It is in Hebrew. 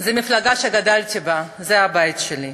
זו מפלגה שגדלתי בה, זה הבית שלי,